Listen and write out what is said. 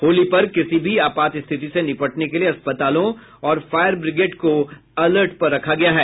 होली पर किसी भी आपात स्थिति ने निबटने के लिए अस्पतालों और फायर ब्रिगेड को अलर्ट पर रखा गया है